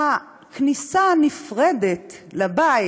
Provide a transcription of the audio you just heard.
הכניסה הנפרדת לבית,